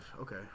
Okay